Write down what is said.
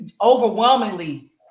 overwhelmingly